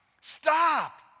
stop